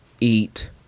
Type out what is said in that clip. eat